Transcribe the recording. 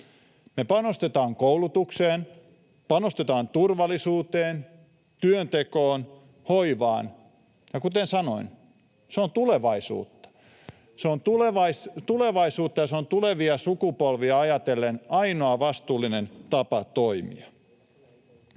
Me panostetaan koulutukseen, panostetaan turvallisuuteen, työntekoon, hoivaan, ja kuten sanoin, se on tulevaisuutta. Se on tulevaisuutta, ja se on tulevia sukupolvia ajatellen ainoa vastuullinen tapa toimia.